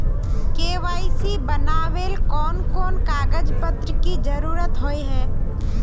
KYC बनावेल कोन कोन कागज पत्र की जरूरत होय है?